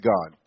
God